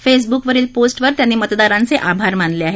फेसबुकवरील पोस वर त्यांनी मतदारांचे आभार मानले आहेत